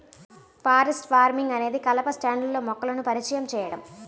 forest farming అనేది కలప స్టాండ్లో మొక్కలను పరిచయం చేయడం